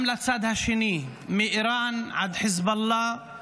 גם לצד השני, מאיראן עד חיזבאללה,